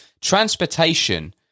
transportation